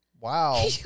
Wow